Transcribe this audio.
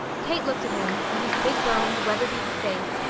kate looked at him, from his big-boned, weather-beaten face,